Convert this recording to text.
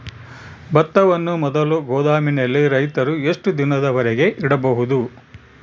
ಭತ್ತವನ್ನು ಮೊದಲು ಗೋದಾಮಿನಲ್ಲಿ ರೈತರು ಎಷ್ಟು ದಿನದವರೆಗೆ ಇಡಬಹುದು?